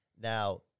Now